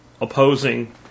opposing